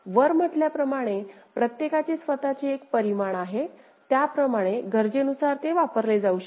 वर म्हटल्याप्रमाणे प्रत्येकाचे स्वतःचे एक परिमाण आहे त्याप्रमाणे गरजेनुसार ते वापरले जाऊ शकते